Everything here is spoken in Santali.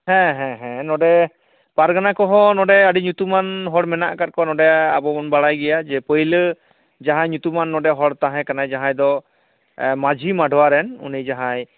ᱦᱮᱸ ᱦᱮᱸ ᱦᱮᱸ ᱱᱚᱰᱮ ᱯᱟᱨᱜᱟᱱᱟ ᱠᱚᱦᱚᱸ ᱱᱚᱰᱮ ᱟᱹᱰᱤ ᱧᱩᱛᱩᱢᱟᱱ ᱦᱚᱲ ᱢᱮᱱᱟᱜ ᱟᱠᱟᱫ ᱠᱚᱣᱟ ᱱᱚᱰᱮ ᱟᱵᱚ ᱵᱚᱱ ᱵᱟᱲᱟᱭ ᱜᱮᱭᱟ ᱡᱮ ᱯᱟᱹᱭᱞᱟᱹ ᱡᱟᱦᱟᱸ ᱧᱩᱛᱩᱢᱟᱱ ᱱᱚᱰᱮ ᱦᱚᱲ ᱛᱟᱦᱮᱸ ᱠᱟᱱᱟᱭ ᱡᱟᱦᱟᱸᱭ ᱫᱚ ᱢᱟᱺᱡᱷᱤ ᱢᱟᱰᱣᱟ ᱨᱮᱱ ᱩᱱᱤ ᱡᱟᱦᱟᱸᱭ